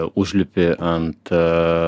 užlipi ant